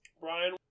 Brian